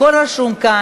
הכול רשום כאן.